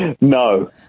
No